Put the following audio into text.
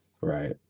Right